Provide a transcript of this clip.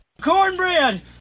Cornbread